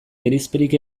gerizperik